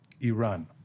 Iran